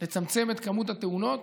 לצמצם את מספר התאונות